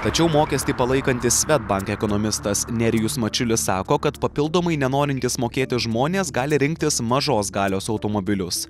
tačiau mokestį palaikantis svedbank ekonomistas nerijus mačiulis sako kad papildomai nenorintys mokėti žmonės gali rinktis mažos galios automobilius